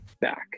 back